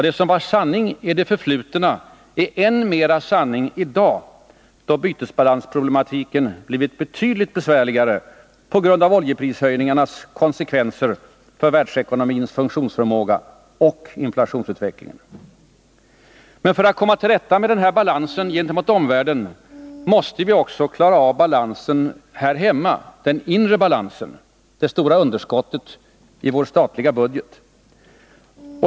Det som var sanning i det förflutna är än mera sanning i dag, då bytesbalansproblematiken blivit betydligt besvärligare på grund av oljeprishöjningarnas konsekvenser för världsekonomins funktionsförmåga och inflationsutvecklingen. För att komma till rätta med vår obalans gentemot omvärlden måste vi också komma till rätta med obalansen här hemma, den inre obalansen — det stora underskottet i vår statliga budget.